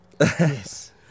Yes